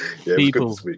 People